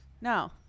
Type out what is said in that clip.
no